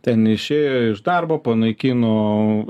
ten išėjo iš darbo panaikino